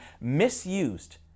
misused